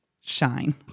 shine